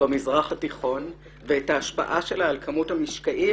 במזרח התיכון ואת ההשפעה שלה על כמות המשקעים.